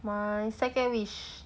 my second wish